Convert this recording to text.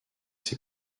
ses